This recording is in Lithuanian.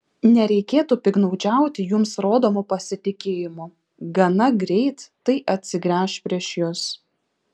nereikėtų piktnaudžiauti jums rodomu pasitikėjimu gana greit tai atsigręš prieš jus